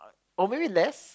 or maybe less